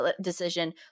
decision